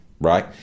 right